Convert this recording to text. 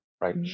right